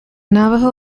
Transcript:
navajo